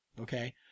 Okay